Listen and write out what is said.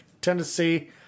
Tennessee